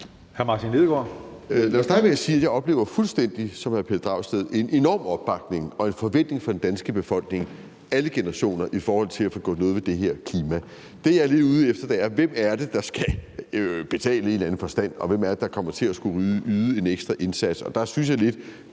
Martin Lidegaard (RV): Lad mig starte med at sige, at jeg, fuldstændig som hr. Pelle Dragsted, oplever en enorm opbakning og en forventning fra den danske befolkning, fra alle generationer, i forhold til at få gjort noget ved det her klima. Det, jeg er lidt ude efter, handler om, hvem det er, der i en eller anden forstand skal betale, og hvem det er, der kommer til at skulle yde en ekstra indsats. Der synes jeg lidt